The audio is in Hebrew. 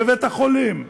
בבית-החולים "העמק"